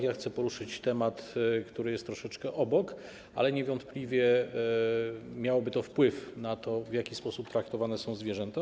Ja chcę poruszyć temat, który jest troszeczkę obok, ale niewątpliwie miałoby to wpływ na to, w jaki sposób traktowane są zwierzęta.